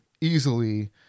easily